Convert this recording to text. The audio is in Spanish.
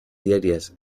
diarias